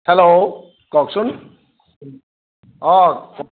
hello কওকচোন অঁ